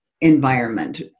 environment